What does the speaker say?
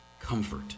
comfort